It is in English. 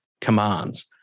commands